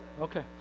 Okay